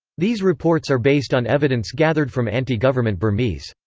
these reports are based on evidence gathered from anti-government burmese.